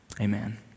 Amen